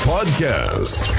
Podcast